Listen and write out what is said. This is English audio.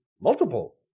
multiple